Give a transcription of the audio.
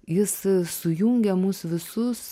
jis sujungia mus visus